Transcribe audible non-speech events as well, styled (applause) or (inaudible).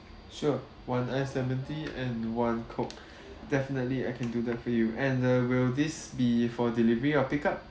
sure one iced lemon tea and one coke (breath) definitely I can do that for you and uh will this be for delivery or pick-up